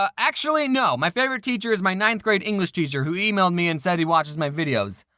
ah actually, no. my favorite teacher is my ninth grade english teacher who emailed me and said he watches my videos.